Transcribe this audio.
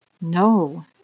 No